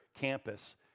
campus